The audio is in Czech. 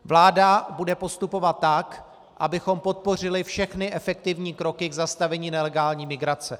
Vláda bude postupovat tak, abychom podpořili všechny efektivní kroky k zastavení nelegální migrace.